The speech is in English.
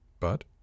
But